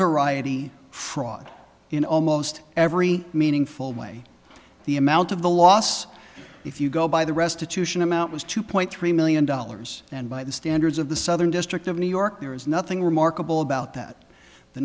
variety fraud in almost every meaningful way the amount of the loss if you go by the restitution amount was two point three million dollars and by the standards of the southern district of new york there is nothing remarkable about that the